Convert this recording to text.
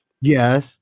Yes